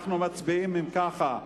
אנחנו מצביעים, אם כך,